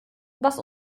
was